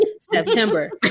September